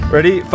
Ready